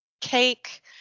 cake